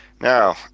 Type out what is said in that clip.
Now